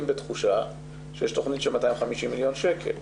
בתחושה שיש תכנית של 250 מיליון שקל.